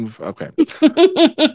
Okay